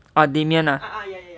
oh damian ah